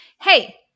Hey